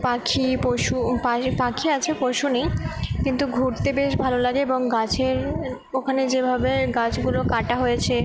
পাখি পশু পাখি আছে পশু নেই কিন্তু ঘুরতে বেশ ভালো লাগে এবং গাছের ওখানে যেভাবে গাছগুলো কাটা হয়েছে